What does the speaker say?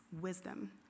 wisdom